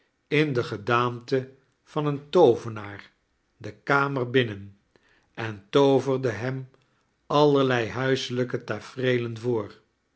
in de gedaante van een toovenaar de kamer binnem en tooverde hem allerlei huieelijke tafereelen voor